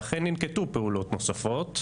ואכן ננקטו פעולות נוספות.